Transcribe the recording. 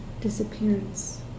disappearance